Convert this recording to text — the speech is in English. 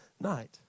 night